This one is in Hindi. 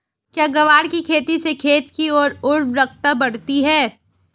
क्या ग्वार की खेती से खेत की ओर उर्वरकता बढ़ती है?